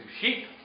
sheep